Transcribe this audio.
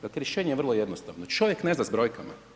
Dakle rješenje je vrlo jednostavno, čovjek ne zna sa brojkama.